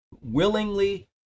willingly